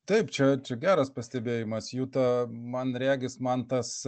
taip čia čia geras pastebėjimas jų ta man regis man tas